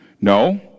No